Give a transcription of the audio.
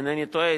אם אינני טועה,